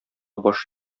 баш